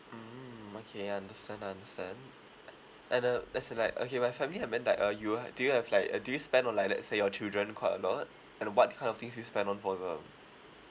mm okay understand understand and uh that's like okay by family I meant that uh you uh do you have like uh do you spend on like let's say your children quite a lot and what kind of things you spend on for them